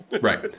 Right